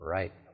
Right